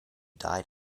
died